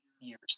years